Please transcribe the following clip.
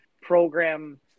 program